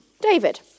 David